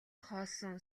хоосон